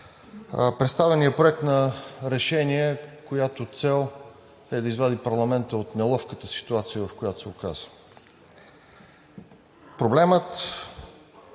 представеният Проект на решение, чиято цел е да извади парламента от неловката ситуация, в която се оказа… Проблемът